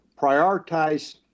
prioritize